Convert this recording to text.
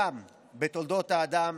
בתולדות האדם